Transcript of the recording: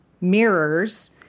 mirrors